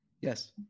yes